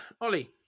Ollie